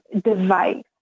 device